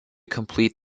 complete